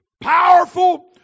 powerful